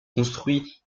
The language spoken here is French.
construits